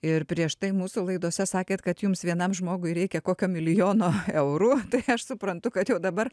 ir prieš tai mūsų laidose sakėt kad jums vienam žmogui reikia kokio milijono eurų tai aš suprantu kad jau dabar